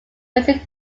within